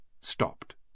stopped